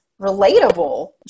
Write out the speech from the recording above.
relatable